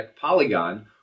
Polygon